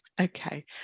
Okay